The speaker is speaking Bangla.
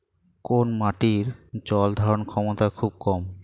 কোন মাটির জল ধারণ ক্ষমতা খুব কম?